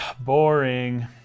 boring